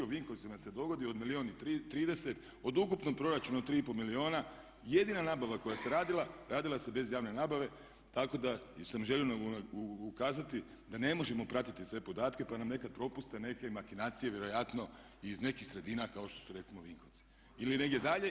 U Vinkovcima se dogodi od milijun i 30, od ukupnog proračuna od 3 i pol milijuna jedina nabava koja se radila, radila se bez javne nabave tako da sam želio ukazati da ne možemo pratiti sve podatke pa nam nekad propuste neke makinacije vjerojatno i iz nekih sredina kao što su recimo Vinkovci ili negdje dalje.